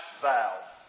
vow